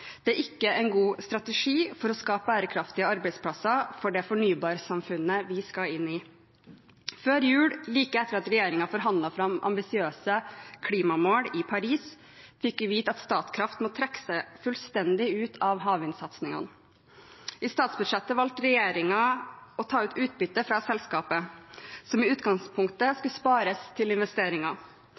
Det er ikke en god strategi for å skape bærekraftige arbeidsplasser for det fornybarsamfunnet vi skal inn i. Før jul, like etter at regjeringen forhandlet fram ambisiøse klimamål i Paris, fikk vi vite at Statkraft må trekke seg fullstendig ut av havvindsatsingene. I statsbudsjettet valgte regjeringen å ta ut utbytte fra selskapet, som i utgangspunktet skulle spares til investeringer.